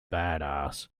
badass